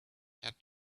had